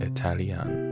Italian